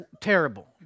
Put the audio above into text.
terrible